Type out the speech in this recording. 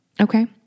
Okay